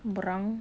berang